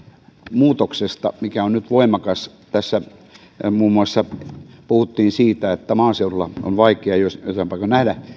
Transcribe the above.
muutoksesta mikä on nyt voimakas että kun tässä puhuttiin muun muassa siitä että maaseudulla on vaikea joissain paikoin nähdä